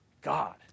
god